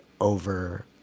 over